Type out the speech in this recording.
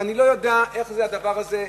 ואני לא יודע איך זה הדבר הזה,